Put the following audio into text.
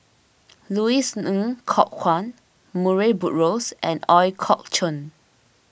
Louis Ng Kok Kwang Murray Buttrose and Ooi Kok Chuen